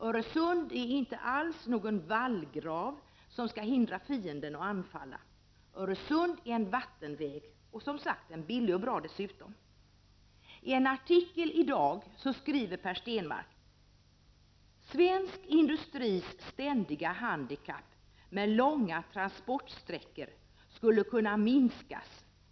Öresund är ingen vallgrav som skall hindra fienden att anfalla. Öresund är en vattenväg — billig och bra dessutom. I en artikel i Dagens Industri i dag skriver Per Stenmarck:”Svensk industris ständiga handikapp med långa transportsträckor skulle kunna minskas.